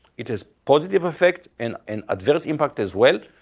it has positive effects and and adverse impact as well.